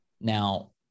Now